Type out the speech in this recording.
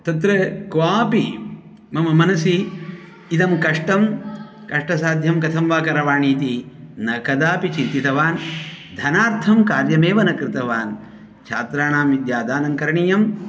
तत्र क्वापि मम मनसि इदं कष्टं कष्टसाध्यं कथं वा करवाणि इति न कदापि चिन्तितवान् धनार्थं कार्यमेव न कृतवान् छात्राणां विद्यादानं करणीयम्